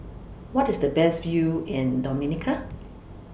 What IS The Best View in Dominica